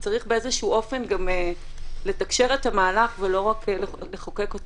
צריך באיזה אופן לתקשר את המהלך ולא רק לחוקק אותו.